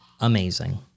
Amazing